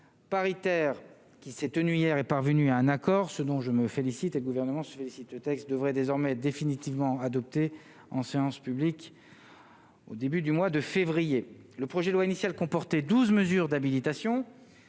paritaire qui s'est tenue hier, est parvenu à un accord, ce dont je me félicite, et le gouvernement se félicite le texte devrait désormais définitivement adopté en séance publique au début du mois de février, le projet de loi initial comportait 12 mesures d'habilitation